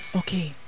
okay